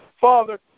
Father